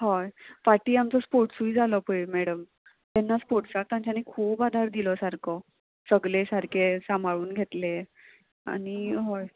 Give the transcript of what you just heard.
हय फाटी आमचो स्पोर्ट्सूय जालो पय मॅडम तेन्ना स्पोर्ट्सांत तांच्यानी खूब आदार दिलो सारको सगले सारके सांबाळून घेतले आनी हय